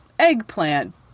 Eggplant